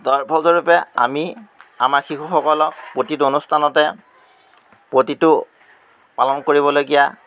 তাৰ ফলস্বৰূপে আমি আমাৰ শিশুসকলক প্ৰতিটো অনুষ্ঠানতে প্ৰতিটো পালন কৰিবলগীয়া